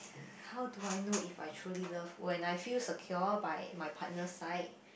how do I know if I truly love when I feel secure by my partner side